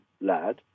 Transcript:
lad